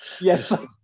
Yes